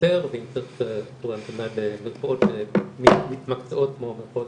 ויותר ואם צריך תורי המתנה למרפאות מתמקצעות כמו המרפאות